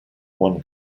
one